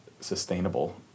sustainable